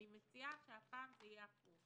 אני מציעה שהפעם זה יהיה הפוך: